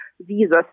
visas